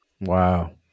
wow